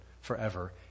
forever